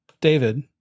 David